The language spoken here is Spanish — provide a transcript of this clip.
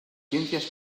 ciencias